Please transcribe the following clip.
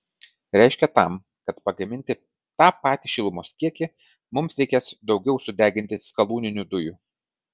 reiškia tam kad pagaminti tą patį šilumos kiekį mums reikės daugiau sudeginti skalūninių dujų